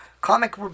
comic